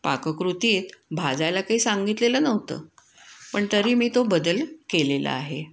पाककृतीत भाजायला काही सांगितलेलं नव्हतं पण तरी मी तो बदल केलेला आहे